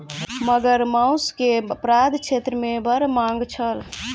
मगर मौस के अपराध क्षेत्र मे बड़ मांग छल